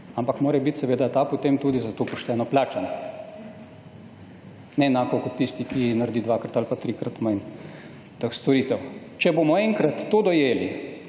Ampak mora biti seveda ta potem tudi za to pošteno plačan. Ne enako kot tisti, ki naredi dvakrat ali pa trikrat manj teh storitev. Če bomo enkrat to dojeli